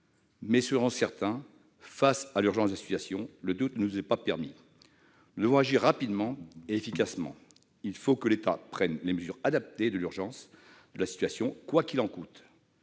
Mais soyons-en certains : face à l'urgence de la situation, le doute ne nous est pas permis. Nous devons agir rapidement et efficacement. Il faut que l'État prenne les mesures adaptées à l'urgence de la situation, quoi qu'il en coûte.